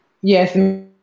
Yes